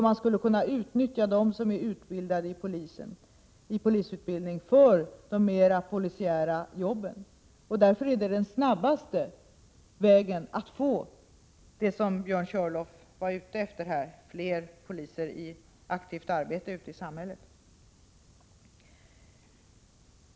Man skulle kunna utnyttja dem som är polisutbildade för de mera polisiära uppgifterna. Detta är det snabbaste sättet att åstadkomma det som Björn Körlof var ute efter: fler poliser i aktivt arbete ute i samhället.